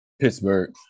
Pittsburgh